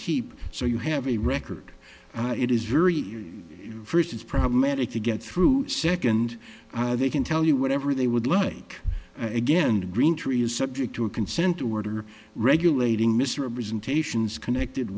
keep so you have a record it is very first it's problematic to get through second they can tell you whatever they would like again greentree is subject to a consent order regulating misrepresentations connected